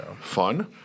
fun